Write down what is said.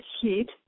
heat